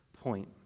point